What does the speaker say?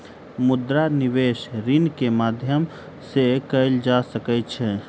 मुद्रा निवेश ऋण के माध्यम से कएल जा सकै छै